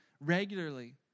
regularly